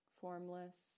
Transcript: Formless